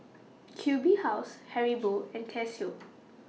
Q B House Haribo and Casio